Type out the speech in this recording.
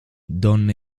don